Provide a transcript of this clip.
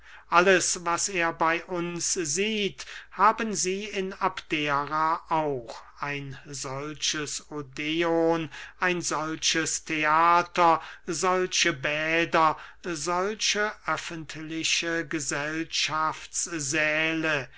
alles was er bey uns sieht haben sie in abdera auch ein solches odeon ein solches theater solche bäder solche öffentliche